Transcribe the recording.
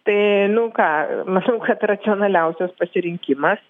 tai nu ką manau kad racionaliausias pasirinkimas